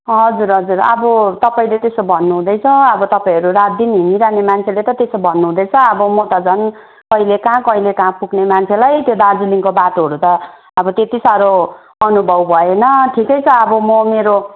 हजुर हजुर अब तपाईँले त्यसो भन्नु हुँदैछ अब तपाईँहरू रात दिन हिँडिरहने मान्छेले त त्यसो भन्नु हुँदैछ अब म त झन् कहिले कहाँ कहिले कहाँ पुग्ने मान्छेलाई त्यो दार्जिलिङको बाटोहरू त अब त्यति साह्रो अनुभव भएन ठिकै छ अब म मेरो